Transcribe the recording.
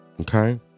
Okay